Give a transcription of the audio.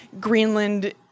Greenland